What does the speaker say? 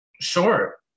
sure